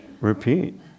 repeat